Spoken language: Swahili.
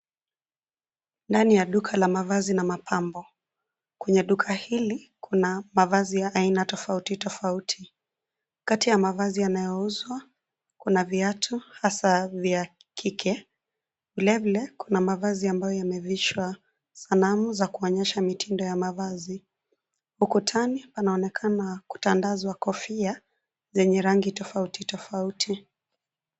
Ndani ya duka la mavazi na mapambo, kwenye duka hili, kuna mavazi ya aina tofauti tofauti, kati ya mavazi yanayouzwa, kuna viatu, hasaa vya kike, vilevile kuna mavazi ambayo yamevishwa, sanamu za kuonyesha mitindo ya mavazi, ukutani panaonekana kutandazwa kofia, lenye rangi tofauti tofauti.